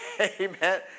Amen